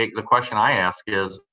ah the question i ask is,